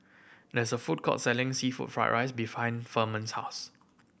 there is a food court selling seafood fried rice behind Ferman's house